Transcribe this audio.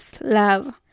love